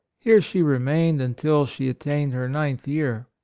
here she remained until she attained her ninth year.